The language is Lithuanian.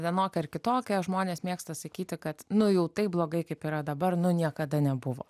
vienokia ar kitokia žmonės mėgsta sakyti kad nuo jų taip blogai kaip yra dabar niekada nebuvo